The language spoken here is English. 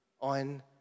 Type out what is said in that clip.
on